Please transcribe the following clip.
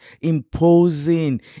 imposing